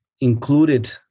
included